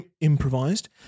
improvised